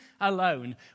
alone